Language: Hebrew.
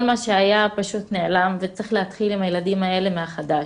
כל מה שהיה פשוט נעלם וצריך להתחיל מחדש עם הילדים האלה.